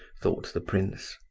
thought the prince.